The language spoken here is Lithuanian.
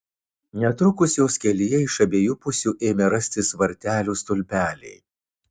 netrukus jos kelyje iš abiejų pusių ėmė rastis vartelių stulpeliai